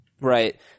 Right